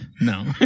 No